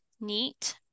neat